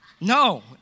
No